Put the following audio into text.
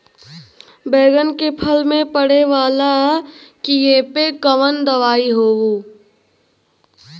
बैगन के फल में पड़े वाला कियेपे कवन दवाई होई?